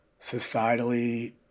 societally